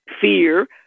fear